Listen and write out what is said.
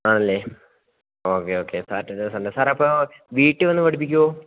അണല്ലേ okay okay Saturday Sunday സാറെ അപ്പോള് വീട്ടില് വന്ന് പഠിപ്പിക്കുമോ